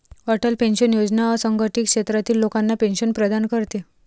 Atal pension योजना असंघटित क्षेत्रातील लोकांना पेन्शन प्रदान करते